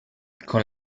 con